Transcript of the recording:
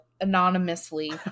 anonymously